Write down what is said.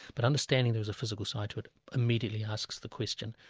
but understanding there's a physical side to it immediately asks the question.